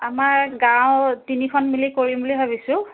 আমাৰ গাঁও তিনিখন মিলি কৰিম বুলি ভাবিছোঁ